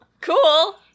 cool